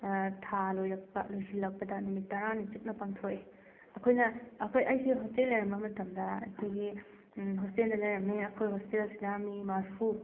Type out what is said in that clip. ꯊꯥ ꯂꯣꯏꯔꯛꯄ ꯂꯣꯏꯁꯤꯜꯂꯛꯄꯗ ꯅꯨꯃꯤꯠ ꯇꯔꯥꯅꯤ ꯆꯨꯞꯅ ꯄꯥꯡꯊꯣꯛꯑꯦ ꯑꯩꯈꯣꯏꯅ ꯑꯩꯈꯣꯏ ꯑꯩꯁꯦ ꯍꯣꯁꯇꯦꯜ ꯂꯩꯔꯝꯕ ꯃꯇꯝꯗ ꯑꯩꯈꯣꯏꯒꯤ ꯍꯣꯁꯇꯦꯜꯗ ꯂꯩꯔꯝꯃꯤ ꯑꯩꯈꯣꯏ ꯍꯣꯁꯇꯦꯜꯁꯤꯗ ꯃꯤ ꯃꯔꯐꯨ